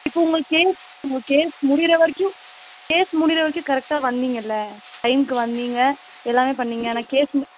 இப்போ உங்கள் கேஸ் உங்கள் கேஸ் முடிகிறவரைக்கும் கேஸ் முடிகிறவரைக்கும் கரெக்டாக வந்தீங்கள்லே டைமுக்கு வந்தீங்க எல்லாமே பண்ணீங்க ஆனால் கேஸ் மு